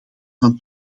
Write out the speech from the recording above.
van